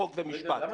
חוק ומשפט.